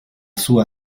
sua